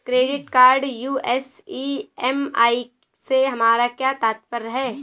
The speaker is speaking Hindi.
क्रेडिट कार्ड यू.एस ई.एम.आई से हमारा क्या तात्पर्य है?